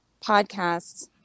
podcasts